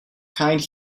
kind